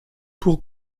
pour